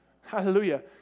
hallelujah